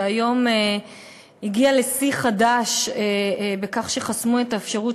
שהיום הגיע לשיא חדש בכך שחסמו את האפשרות